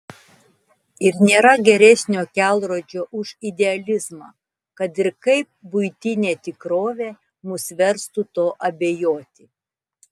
ir nėra geresnio kelrodžio už idealizmą kad ir kaip buitinė tikrovė mus verstų tuo abejoti